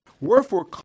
Wherefore